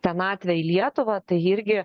senatvę į lietuvą tai irgi